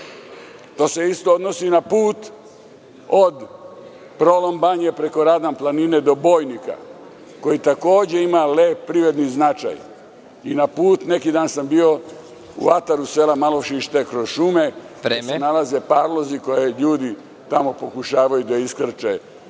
To se isto odnosi i na put od Prolom Banje preko Radan planine do Bojnika, koji takođe ima lep privredni značaj. Neki dan sam bio u ataru sela Malošnjište, kroz šume, gde se nalaze talozi koje ljudi tamo pokušavaju da iskrče